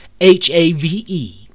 h-a-v-e